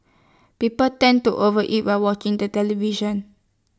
people tend to overeat while walking the television